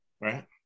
Right